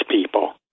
people